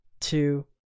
two